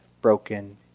broken